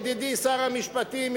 ידידי שר המשפטים,